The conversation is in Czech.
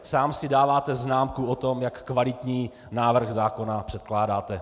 Sám si dáváte známku o tom, jak kvalitní návrh zákona předkládáte.